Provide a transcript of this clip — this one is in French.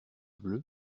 bleue